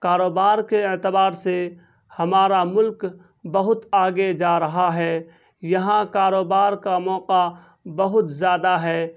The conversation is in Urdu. کاروبار کے اعتبار سے ہمارا ملک بہت آگے جا رہا ہے یہاں کاروبار کا موقع بہت زیادہ ہے